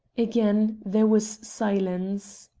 again there was silence.